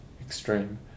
extreme